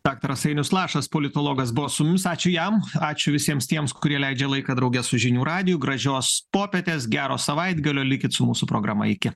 daktaras ainius lašas politologas buvo su mumis ačiū jam ačiū visiems tiems kurie leidžia laiką drauge su žinių radiju gražios popietės gero savaitgalio likit su mūsų programa iki